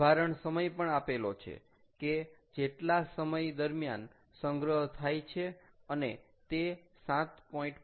પ્રભારણ સમય પણ આપેલો છે કે જેટલા સમય દરમ્યાન સંગ્રહ થાય છે અને તે 7